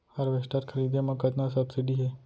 Harvester खरीदे म कतना सब्सिडी हे?